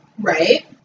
Right